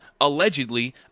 allegedly